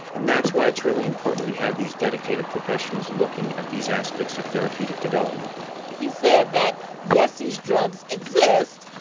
and that's why it's really important we have these dedicated professionals looking at these aspects of therapeutic development he said that yes, these drugs exist,